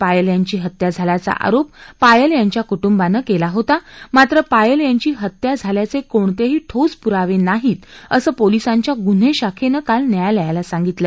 पायल यांची हत्या झाल्याचा आरोप पायल यांच्या कुटुंबानं कळी होता मात्र पायल यांची हत्या झाल्याचकोणतही ठोस पुरावनाहीत असं पोलिसांच्या गुन्हनाखतकाल न्यायालयाला सांगितलं